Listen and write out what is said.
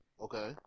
Okay